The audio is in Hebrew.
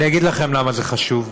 אני אגיד לכם למה זה חשוב,